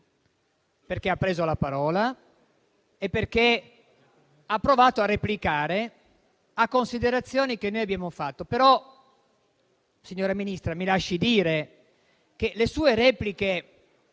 perché ha preso la parola e perché ha provato a replicare a considerazioni che noi abbiamo fatto. Signora Ministra, mi lasci però dire che le sue repliche